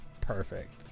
Perfect